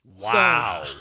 Wow